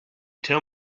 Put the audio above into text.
tell